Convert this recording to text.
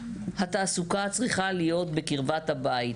התעסוקה את צריכה להיות בקרבת הבית.